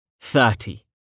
Thirty